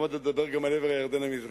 עוד מעט אני אדבר גם על עבר הירדן המזרחי.